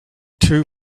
two